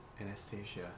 Anastasia